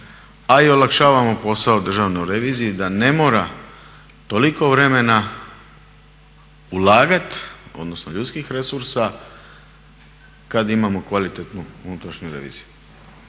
a i olakšavamo posao državnoj reviziji da ne mora toliko vremena ulagati odnosno ljudskih resursa kad imamo kvalitetnu unutrašnju reviziju.